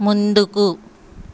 ముందుకు